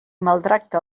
maltracta